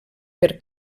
per